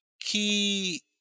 key